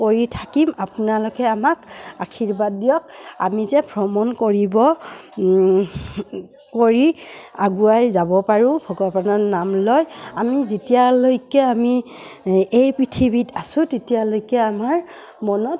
কৰি থাকিম আপোনালোকে আমাক আশীৰ্বাদ দিয়ক আমি যে ভ্ৰমণ কৰিব কৰি আগুৱাই যাব পাৰোঁ ভগৱানৰ নাম লৈ আমি যেতিয়ালৈকে আমি এই পৃথিৱীত আছোঁ তেতিয়ালৈকে আমাৰ মনত